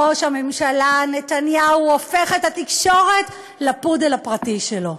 ראש הממשלה נתניהו הופך את התקשורת לפודל הפרטי שלו.